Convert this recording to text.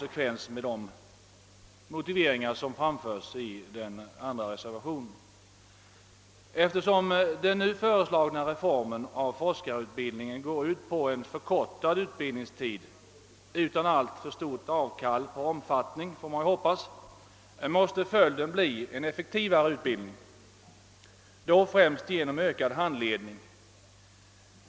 Eftersom den nu föreslagna reformen av forskarutbildning går ut på en förkortad utbildningstid, utan — som vi får hoppas — alltför stort avkall på omfattningen, måste förutsättas att man åstadkommer en effektivare utbildning främst genom ökad handledning.